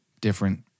different